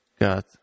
got